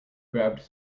grabbed